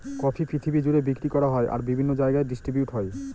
coffee পৃথিবী জুড়ে বিক্রি করা হয় আর বিভিন্ন জায়গায় ডিস্ট্রিবিউট হয়